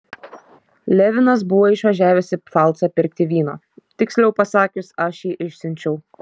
levinas buvo išvažiavęs į pfalcą pirkti vyno tiksliau pasakius aš jį išsiunčiau